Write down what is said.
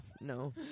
No